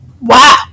wow